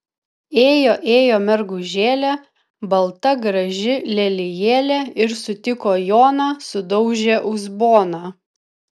ėjo ėjo mergužėlė balta graži lelijėlė ir sutiko joną sudaužė uzboną